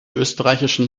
österreichischen